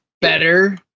better